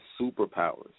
superpowers